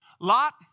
Lot